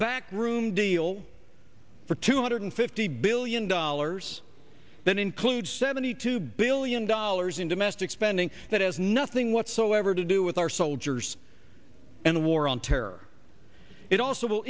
back room deal for two hundred fifty billion dollars that includes seventy two billion dollars in domestic spending that has nothing whatsoever to do with our soldiers and the war on terror it also